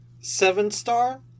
seven-star